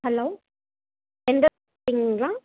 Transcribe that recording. hello